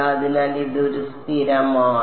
അതിനാൽ ഇത് ഒരു സ്ഥിരമാണ്